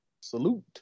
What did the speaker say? Salute